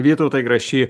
vytautai grašy